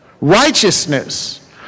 Righteousness